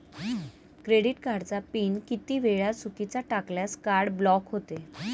Credit कार्डचा pin किती वेळा चुकीचा टाकल्यास कार्ड ब्लॉक होते?